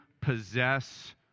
possess